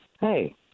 Hey